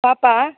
வாப்பா